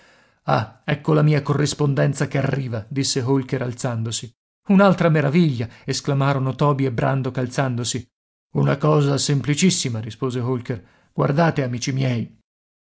ah ecco la mia corrispondenza che arriva disse holker alzandosi un'altra meraviglia esclamarono toby e brandok alzandosi una cosa semplicissima rispose holker guardate amici miei